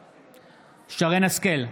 בעד שרן מרים השכל,